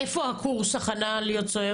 כן, איפה הקורס הכנה להיות סוהר?